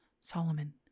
Solomon